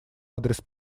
адрес